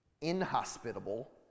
inhospitable